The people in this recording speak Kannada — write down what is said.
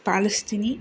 ಪಾಲಿಸ್ತೀನಿ